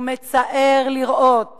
ומצער לראות